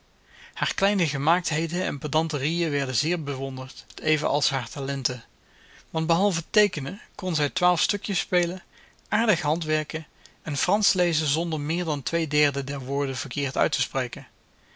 haar kleine gemaaktheden en pedanterieën werden zeer bewonderd evenals haar talenten want behalve teekenen kon zij twaalf stukjes spelen aardig handwerken en fransch lezen zonder meer dan twee derde der woorden verkeerd uit te spreken